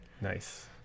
Nice